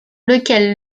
lequel